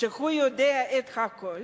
שהוא יודע את הכול?